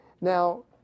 Now